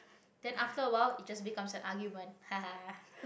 then after a while it just becomes an argument [haha]